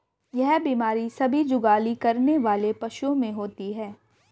यह बीमारी सभी जुगाली करने वाले पशुओं में होती है